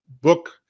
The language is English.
book